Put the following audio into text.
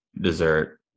dessert